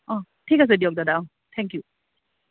অঁ ঠিক আছে দিয়ক দাদা অঁ থেংক ইউ